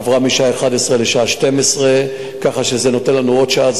היא עברה משעה 23:00 לשעה 24:00. כך שזה נותן לנו עוד שעה.